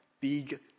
big